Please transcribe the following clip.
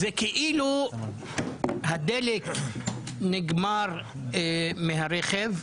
זה כאילו הדלק נגמר מהרכב,